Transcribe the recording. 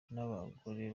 n’abagore